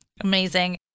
Amazing